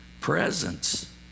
presence